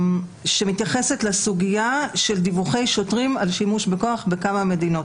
שמתייחסת לסוגיה של דיווחי שוטרים על שימוש בכוח בכמה מדינות.